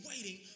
waiting